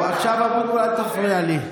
טוב, אבוטבול, עכשיו אל תפריע לי.